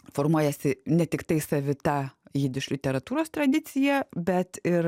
formuojasi ne tiktai savita jidiš literatūros tradicija bet ir